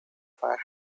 fire